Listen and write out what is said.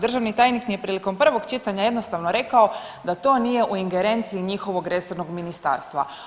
Državni tajnik mi je prilikom prvog čitanja jednostavno rekao da to nije u ingerenciji njihovog resornog ministarstva.